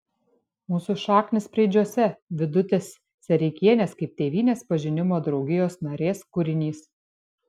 mūsų šaknys preidžiuose vidutės sereikienės kaip tėvynės pažinimo draugijos narės kūrinys